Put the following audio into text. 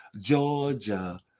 Georgia